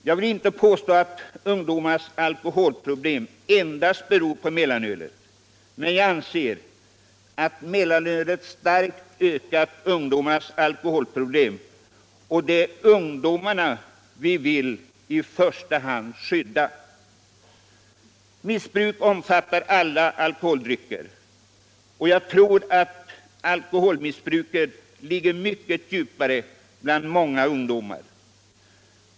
Jag vill inte påstå att ungdomarnas alkoholproblem beror endast på mellanöl, men jag anser att mellanölet starkt ökat detta problem. Och det är ungdomarna vi i första hand vill skydda. Missbruket omfattar alla alkoholdrycker. Jag tror att alkoholmissbruket ligger mycket djupt bland många ungdomar.